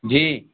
جی